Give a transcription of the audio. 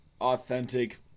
authentic